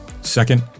Second